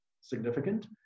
significant